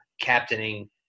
captaining